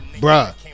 bruh